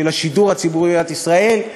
של השידור הציבורי במדינת ישראל,